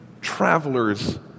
travelers